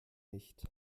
nicht